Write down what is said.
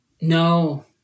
No